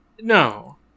No